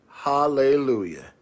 Hallelujah